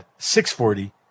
640